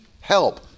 help